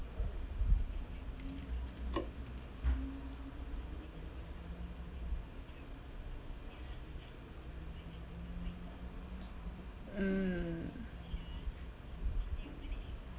mm